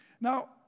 Now